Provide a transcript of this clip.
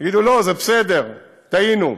יגידו: לא, זה בסדר, טעינו.